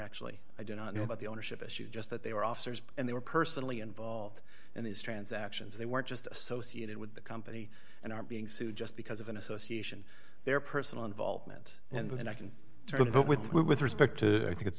actually i do not know about the ownership issue just that they were officers and they were personally involved in these transactions they weren't just associated with the company and are being sued just because of an association there personal involvement and when i can throw it with respect to i think it